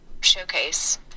showcase